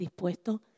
dispuesto